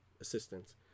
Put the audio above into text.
assistance